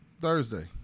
Thursday